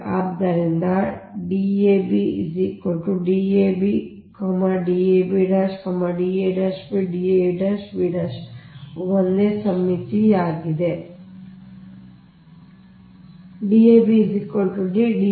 ಆದ್ದರಿಂದ ಅವು ಒಂದೇ ಸಮ್ಮಿತೀಯವಾಗಿವೆ